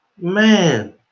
Man